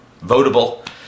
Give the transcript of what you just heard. votable